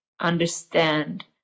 understand